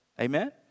Amen